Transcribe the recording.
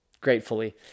gratefully